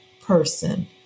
person